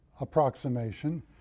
approximation